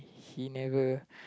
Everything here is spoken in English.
he never